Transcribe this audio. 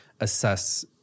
assess